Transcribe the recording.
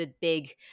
big